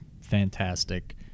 fantastic